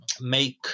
make